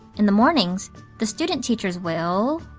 in the mornings the student teachers will